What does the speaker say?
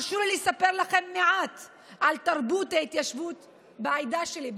הרשו לי לספר לכם מעט על תרבות ההתיישבות בעדה שלי,